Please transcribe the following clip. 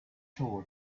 sure